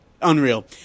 Unreal